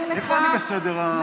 בואי לקואליציה.